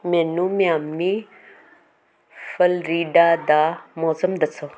ਮੈਨੂੰ Miami Florida ਦਾ ਮੌਸਮ ਦੱਸੋ